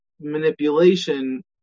manipulation